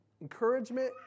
encouragement